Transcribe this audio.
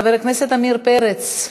חבר הכנסת עמיר פרץ.